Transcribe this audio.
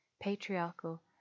patriarchal